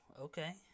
okay